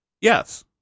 Yes